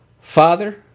Father